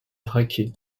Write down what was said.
traqué